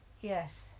Yes